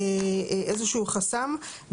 איזה שהוא חסם.